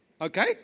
Okay